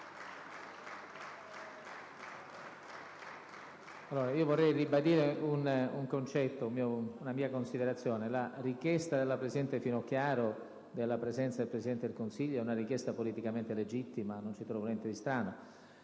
Colleghi, vorrei ribadire un concetto, una mia considerazione. La richiesta della presidente Finocchiaro in merito alla presenza del Presidente del Consiglio è una richiesta politicamente legittima: non ci trovo niente di strano.